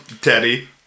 Teddy